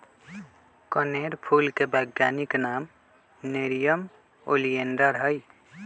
कनेर फूल के वैज्ञानिक नाम नेरियम ओलिएंडर हई